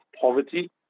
poverty